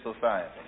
society